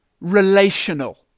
relational